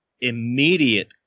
immediate